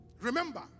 Remember